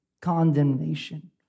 condemnation